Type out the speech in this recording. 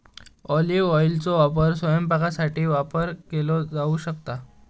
olive ऑइलचो वापर स्वयंपाकासाठी वापर केलो जाऊ शकता